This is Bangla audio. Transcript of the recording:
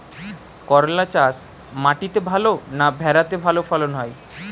করলা চাষ মাটিতে ভালো না ভেরাতে ভালো ফলন হয়?